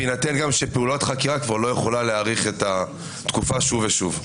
בהינתן גם שפעולת חקירה כבר לא יכולה להאריך את התקופה שוב ושוב.